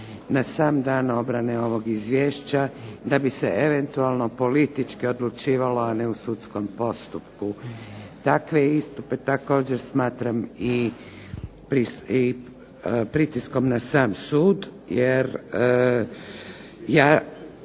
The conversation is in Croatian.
na sam dan obrane ovog Izvješća da bi se eventualno politički odlučivalo a ne u sudskom postupku. Takve istupe također smatram i pritiskom na sam sud, jer ja